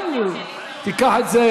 אל תגזים.